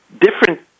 different